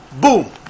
Boom